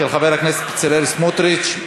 של חבר הכנסת בצלאל סמוטריץ.